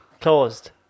Closed